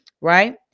Right